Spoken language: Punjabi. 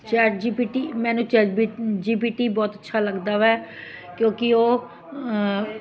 ਚੈਟ ਜੀ ਪੀ ਟੀ ਮੈਨੂੰ chat B T G P T ਬਹੁਤ ਅੱਛਾ ਲੱਗਦਾ ਹੈ ਕਿਉਂਕਿ ਉਹ